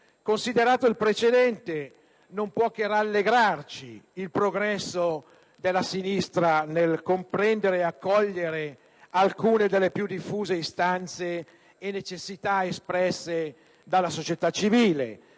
Considerato il precedente, non può che rallegrarci il progresso della sinistra nel comprendere ed accogliere alcune delle più diffuse istanze e necessità espresse dalla società civile,